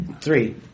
Three